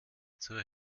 zur